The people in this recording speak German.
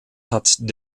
hat